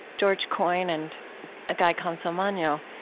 george coyne and guy consolmagno,